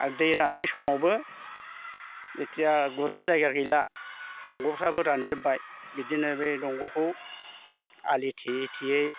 आर दै रान्नाय समावबो एथिया गुरनो जायगा गैला दंगफ्राबो रानजोब्बाय बिदिनो बे दंगखौ आलि थेयै थेयै